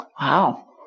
Wow